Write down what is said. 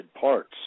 parts